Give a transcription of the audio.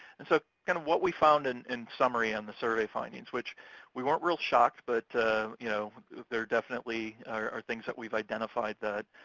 and so kind of what we found in in summary on the survey findings, which we weren't real shocked, but you know there definitely are things that we've identified that